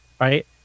right